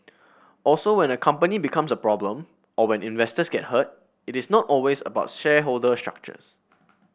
also when a company becomes a problem or when investors get hurt it is not always about shareholder structures